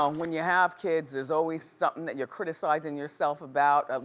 um when you have kids, there's always somethin' that you're criticizing yourself about. ah